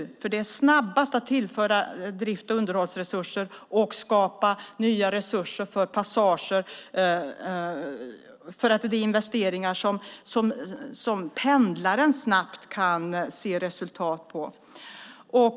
Det snabbaste är nämligen att tillföra drifts och underhållsresurser och skapa nya resurser för passager, för det är investeringar som pendlaren snabbt kan se resultat av.